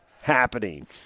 happening